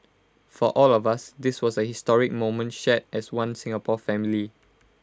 for all of us this was A historic moment shared as One Singapore family